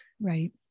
Right